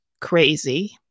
crazy